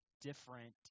different